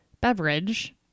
beverage